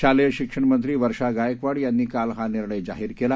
शालेय शिक्षणमंत्री वर्षा गायकवाड यांनी काल हा निर्णय जाहीर केला